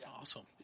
Awesome